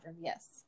yes